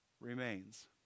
remains